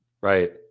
right